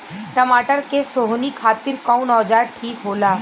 टमाटर के सोहनी खातिर कौन औजार ठीक होला?